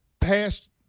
past